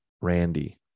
Randy